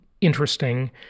interesting